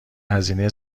هزینه